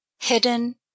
hidden